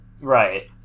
right